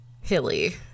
Hilly